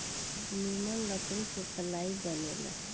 निमन लकड़ी से पालाइ बनेला